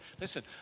Listen